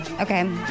Okay